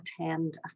attend